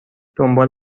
دنبال